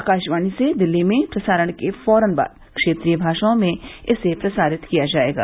आकाशवाणी से हिन्दी में प्रसारण के फौरन बाद क्षेत्रीय भाषाओं में इसे प्रसारित किया जायेगा